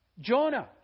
Jonah